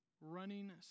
running